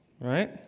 right